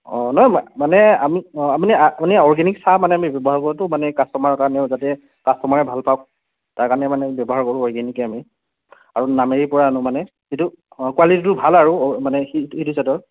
অঁ নহয় মানে আমি আপুনি আপুনি অৰ্গেনিক চাহ মানে আমি ব্যৱহাৰ কৰোতো মানে কাষ্ট'মাৰৰ কাৰণেও যাতে কাষ্ট'মাৰে ভাল পাওক তাৰকাৰণে মানে ব্যৱহাৰ কৰো অৰ্গেনিকে আমি আৰু নামেৰীৰপৰা আনো মানে যিটো অঁ কোৱালিটিটো ভাল আৰু অঁ মানে সেইটো চাইডৰ